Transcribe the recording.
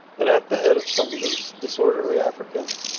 that at the head of some loose, disorderly africans,